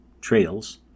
trails